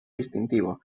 distintivo